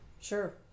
sure